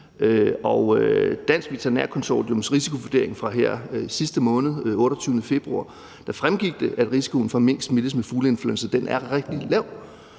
Dansk Veterinær Konsortiums risikovurdering fra sidste måned, den 28. februar, fremgik det, at risikoen for, at mink smittes med fugleinfluenza er